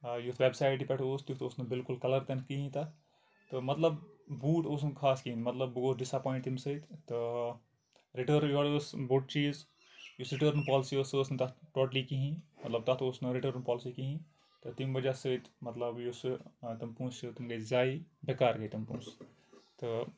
یُتھ وٮ۪بسایٹہِ پٮ۪ٹھ اوس تیُٚتھ اوس نہٕ بِالکُل نہٕ کَلَر تہِ نہٕ کِہیٖنۍ تَتھ تہٕ مطلب بوٗٹ اوس نہٕ خاص کِہیٖنۍ مطلب بہٕ گوس ڈِس اٮ۪پویِنٛٹ تیٚمہِ سۭتۍ تہٕ رِٹٔرٕن یور ٲس بوٚڑ چیٖز یُس رِٹٔرٕن پالِسی ٲس سہَ ٲس نہٕ تَتھ ٹوٹلی کِہیٖنۍ مطلب تَتھ اوس نہٕ رِٹٔرٕن پالِسی کِہیٖنۍ تہٕ تیٚمہِ وجہ سۭتۍ مطلب یُسہٕ تِم پونٛسہٕ چھِ تِم گٔیے زایہِ بٮ۪کار گٔیے تِم پونٛسہٕ تہٕ